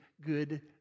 good